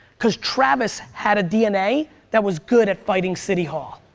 cause travis had a dna that was good at fighting city hall.